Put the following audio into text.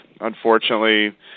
unfortunately